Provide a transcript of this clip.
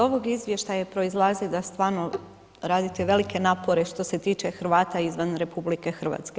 Iz ovog izvještaja proizlazi da stvarno radite velike napore što se tiče Hrvata izvan RH.